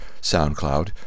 SoundCloud